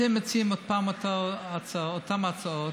אתם מציעים כל פעם את אותן ההצעות,